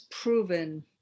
proven